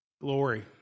Glory